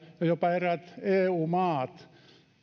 ja jopa eräät eu maat